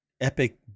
Epic